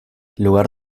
lugar